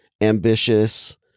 ambitious